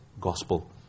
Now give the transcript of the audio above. gospel